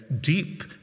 deep